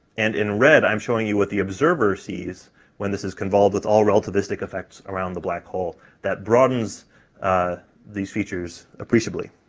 and in red, i'm showing you what the observer sees when this is convolved with all relativistic effects around the black hole that broadens ah these features appreciably.